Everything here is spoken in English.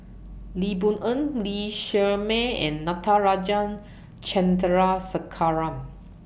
Lee Boon Ngan Lee Shermay and Natarajan Chandrasekaran